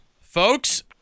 Folks